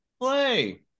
play